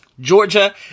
Georgia